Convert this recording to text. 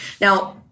Now